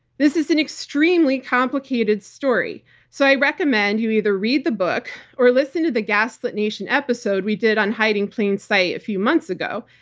this is an extremely complicated story so i recommend you either read the book or listen to the gaslit nation episode we did on hiding in plain sight a few months ago.